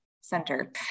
Center